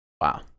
wow